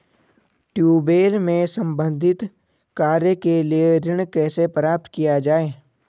Tubewell से संबंधित कार्य के लिए ऋण कैसे प्राप्त किया जाए?